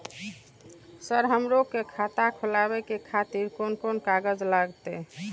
Sir हमरो के खाता खोलावे के खातिर कोन कोन कागज लागते?